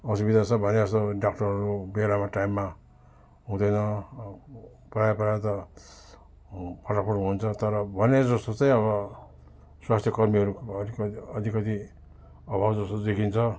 असुविधा छ भने जस्तो डाक्टरहरू बेलामा टाइममा हुँदैन प्रायः प्रायः त फाटाक फुटुक हुन्छ तर भने जस्तो चाहिँ अब स्वास्थ्यकर्मीहरूको अलिकति अभाव जस्तो देखिन्छ